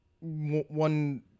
one